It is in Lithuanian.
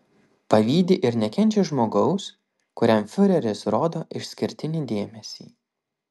pavydi ir nekenčia žmogaus kuriam fiureris rodo išskirtinį dėmesį